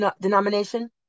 denomination